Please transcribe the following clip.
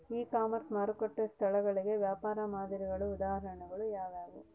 E commerce ಮಾರುಕಟ್ಟೆ ಸ್ಥಳಗಳಿಗೆ ವ್ಯಾಪಾರ ಮಾದರಿಗಳ ಉದಾಹರಣೆಗಳು ಯಾವುವು?